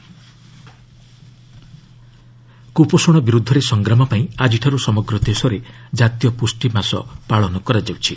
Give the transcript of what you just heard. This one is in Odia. ନ୍ୟଟ୍ରେସନ ମନ୍ତୁ କୁ ପୋଷଣ ବିରୁଦ୍ଧରେ ସଂଗ୍ରାମ ପାଇଁ ଆଜିଠାରୁ ସମଗ୍ର ଦେଶରେ ଜାତୀୟ ପୁଷ୍ଟି ମାସ ପାଳନ କରାଯାଉଛି